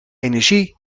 energie